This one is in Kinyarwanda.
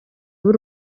b’u